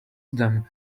them